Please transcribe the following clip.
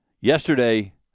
Yesterday